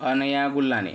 अनया गुल्लाने